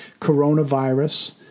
coronavirus